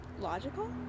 Logical